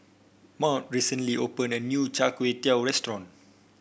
Maude recently opened a new Char Kway Teow restaurant